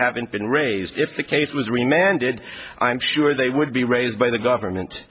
haven't been raised if the case was remained in i'm sure they would be raised by the government